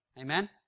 Amen